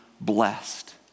blessed